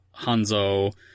Hanzo